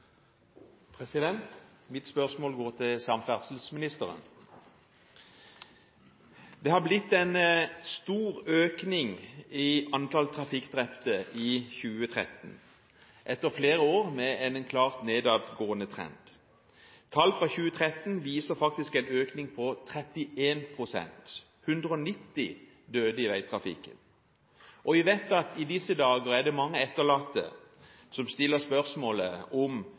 hovedspørsmål. Mitt spørsmål går til samferdselsministeren. Det har vært en stor økning i antall trafikkdrepte i 2013 etter flere år med en klart nedadgående trend. Tall fra 2013 viser faktisk en økning på 31 pst. – 190 døde i veitrafikken. Vi vet at i disse dager er det mange etterlatte som stiller spørsmål om